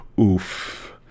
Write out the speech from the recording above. oof